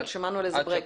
שמענו על איזה ברקס.